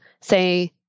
say